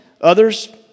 Others